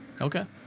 Okay